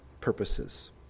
purposes